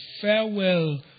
farewell